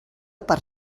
per